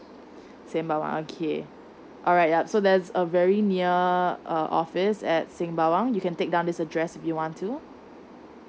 sembawang okay alright yup so that's a very near uh office at sembawang you can take down this address if you want to